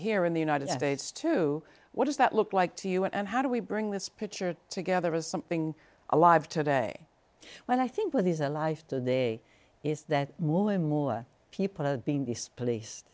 here in the united states too what does that look like to you and how do we bring this picture together is something alive today when i think what these are life today is that more and more people have been displaced